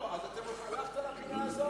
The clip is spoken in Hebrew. לא, הלכת לפינה הזאת.